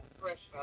fresh